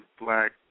Black